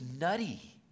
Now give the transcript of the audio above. nutty